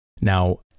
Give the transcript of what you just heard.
Now